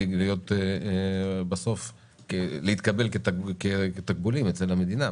בסוף להתקבל כתקבולים אצל המדינה.